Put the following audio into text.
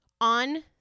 on